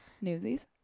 newsies